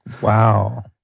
Wow